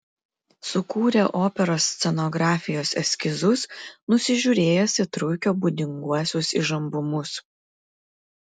sukūrė operos scenografijos eskizus nusižiūrėjęs į truikio būdinguosius įžambumus